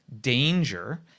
danger